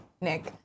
Nick